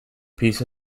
piece